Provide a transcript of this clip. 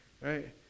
right